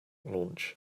launch